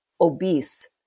obese